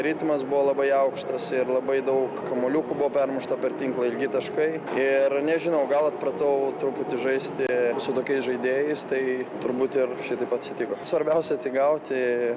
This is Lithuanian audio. ritmas buvo labai aukštas ir labai daug kamuoliukų buvo permušta per tinklą ilgi taškai ir nežinau gal atpratau truputį žaisti su tokiais žaidėjais tai turbūt ir šitaip atsitiko svarbiausia atsigauti